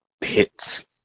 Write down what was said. hits